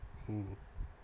mm